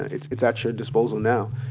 it's it's at your disposal now.